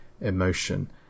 emotion